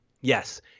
Yes